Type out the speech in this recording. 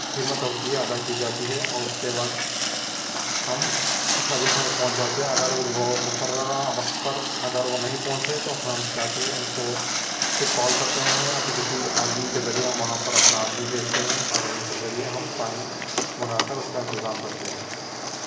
قیمت ہوتی ہے ادا کی جاتی ہے اور اس کے بعد ہم شادی خانے پہنچ جاتے ہیں اگر اس وہ مقررہ وقت پر اگر وہ نہیں پہنچے تو ہم جا کے ان کو پھر کال کرتے ہیں یا پھر کسی آدمی کے ذریعے ہم وہاں پر اپنا آدمی بھیجتے ہیں اور ان کے ذریعے ہم پانی منگا کر اس کا انتظام کرتے ہیں